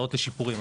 הצעות לשיפורים,